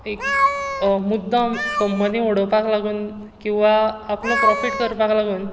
एक मूद्दम कंपनी उडोवपाक लागून किंवा आपलो प्रोफीट करपाक लागून